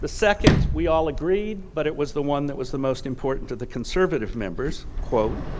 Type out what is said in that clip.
the second, we all agreed, but it was the one that was the most important to the conservative members, quote